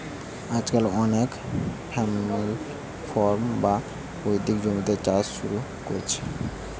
আজকাল অনেকে family farm, বা পৈতৃক জমিতে চাষ শুরু কোরছে